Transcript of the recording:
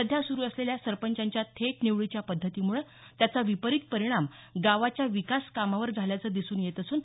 सध्या सुरु असलेल्या सरपंचांच्या थेट निवडीच्या पद्धतीमुळे त्याचा विपरीत परिणाम गावाच्या विकास कामावर झाल्याचं दिसून येत असून